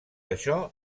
això